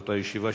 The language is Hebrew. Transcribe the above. באותה ישיבה,